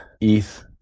ETH